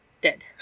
dead